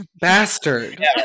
bastard